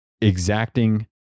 exacting